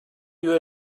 you